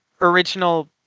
original